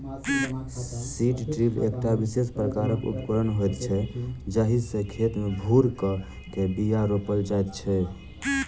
seed drill एकटा विशेष प्रकारक उपकरण होइत छै जाहि सॅ खेत मे भूर क के बीया रोपल जाइत छै